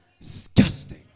Disgusting